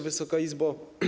Wysoka Izbo!